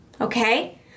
okay